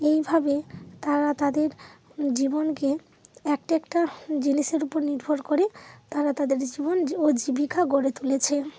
এইভাবে তারা তাদের জীবনকে একটা একটা জিনিসের উপর নির্ভর করে তারা তাদের জীবন ও জীবিকা গড়ে তুলেছে